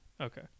Okay